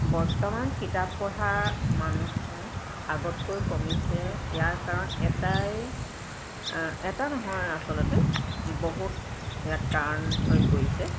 বৰ্তমান কিতাপ পঢ়া মানুহো আগতকৈ কমিছে ইয়াৰ কাৰণ এটাই এটা নহয় আচলতে বহুত ইয়াত কাৰণ হৈ পৰিছে